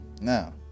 now